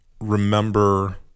remember